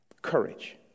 courage